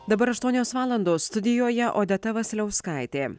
dabar aštuonios valandos studijoje odeta vasiliauskaitė